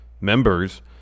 members